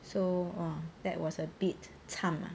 so !wah! that was a bit cham ah